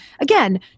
again